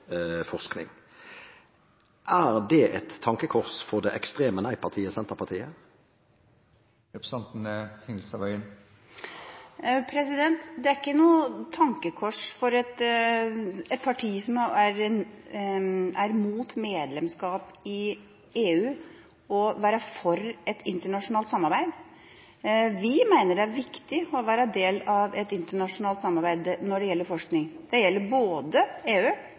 forskning. Er det et tankekors for det ekstreme nei-partiet Senterpartiet? Det er ikke noe tankekors for et parti som er mot medlemskap i EU, å være for et internasjonalt samarbeid. Vi mener det er viktig å være del av et internasjonalt samarbeid når det gjelder forskning. Det gjelder også EU.